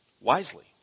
wisely